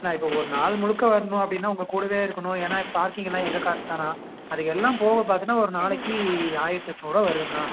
அண்ணா இப்போ ஒரு நாள் முழுக்க வரணும் அப்படின்னா உங்கள் கூடவே இருக்கணும் ஏன்னா இப்போ பார்க்கிங் எல்லாம் எங்கள் காசுதாண்ணா அது எல்லாம் போக பார்த்தன்னா ஒரு நாளைக்கு ஆயிரத்து எட்நூறுரூவா வருதுங்கண்ணா